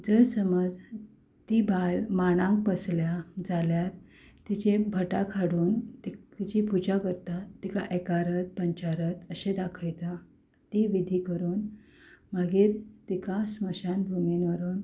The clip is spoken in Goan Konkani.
जर समज ती बायल मांडाक बसल्या जाल्यार तिचे भटाक हाडून तीका तिची पुजा करतात तिका एकारत पंचारत अशें दाखयता ती विधी करून मागीर तिका स्मशान भुमीन व्हरून